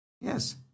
Yes